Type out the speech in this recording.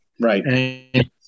Right